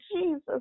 Jesus